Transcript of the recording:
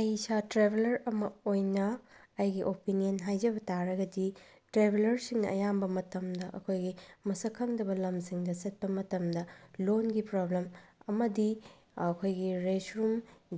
ꯑꯩ ꯏꯁꯥ ꯇ꯭ꯔꯦꯚꯦꯜꯂꯔ ꯑꯃ ꯑꯣꯏꯅ ꯑꯩꯒꯤ ꯑꯣꯄꯤꯅꯤꯌꯟ ꯍꯥꯏꯖꯕ ꯇꯥꯔꯒꯗꯤ ꯇ꯭ꯔꯦꯚꯦꯜꯂꯔꯁꯤꯡꯅ ꯑꯌꯥꯝꯕ ꯃꯇꯝꯗ ꯑꯩꯈꯣꯏꯒꯤ ꯃꯁꯛ ꯈꯪꯗꯕ ꯂꯝꯁꯤꯡꯗ ꯆꯠꯄ ꯃꯇꯝꯗ ꯂꯣꯟꯒꯤ ꯄ꯭ꯔꯣꯕ꯭ꯂꯦꯝ ꯑꯃꯗꯤ ꯑꯩꯈꯣꯏꯒꯤ ꯔꯦꯁ ꯔꯨꯝ